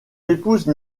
épouse